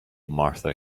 martha